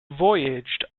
voyaged